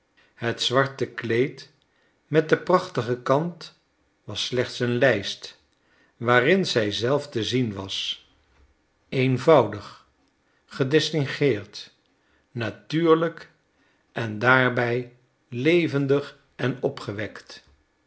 het zwarte kleed met de prachtige kant was slechts een lijst waarin zij zelf te zien was eenvoudig gedistingueerd natuurlijk en daarbij levendig en opgewekt